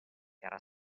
era